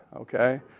okay